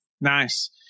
nice